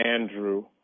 Andrew